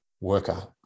Worker